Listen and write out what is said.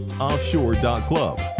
offshore.club